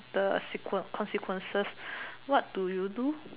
the sequel consequences what do you do